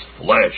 flesh